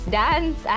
dance